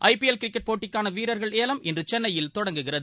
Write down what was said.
ஐ P L cricket போட்டிக்கான வீரர்கள் ஏலம் இன்று சென்னையில் தொடங்குகிறது